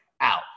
out